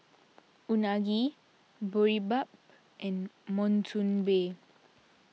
Unagi Boribap and Monsunabe